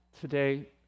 today